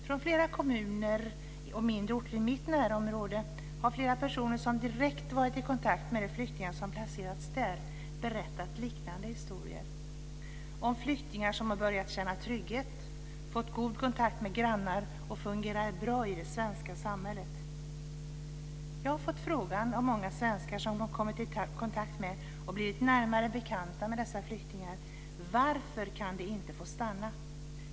Från flera kommuner och mindre orter i mitt närområde har flera personer som direkt varit i kontakt med de flyktingar som placerats där berättat liknande historier om flyktingar som börjat känna trygghet, fått god kontakt med grannar och fungerar bra i det svenska samhället. Jag har fått frågan av många svenskar som de kommit i kontakt med och som blivit närmare bekanta med dessa flyktingar: Varför kan de inte få stanna?